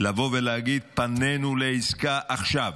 לבוא ולהגיד: פנינו לעסקה עכשיו,